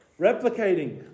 replicating